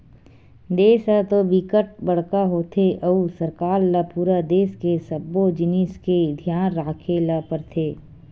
देस ह तो बिकट बड़का होथे अउ सरकार ल पूरा देस के सब्बो जिनिस के धियान राखे ल परथे